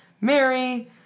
Mary